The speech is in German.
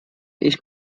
ich